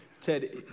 Ted